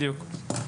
בדיוק.